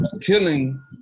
killing